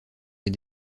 les